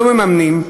לא מממנים,